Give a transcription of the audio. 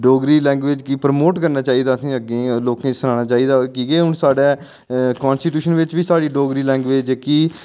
Dogri language गी promote करना चाहिदा असें अग्गें लोकें ई सनानां चाहिदा की के हून साढ़ै कंस्टीट्यूशन बिच बी साढ़ी डोगरी लैंग्वेज जेह्की